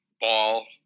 ball